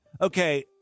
Okay